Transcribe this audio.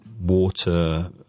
water